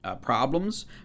problems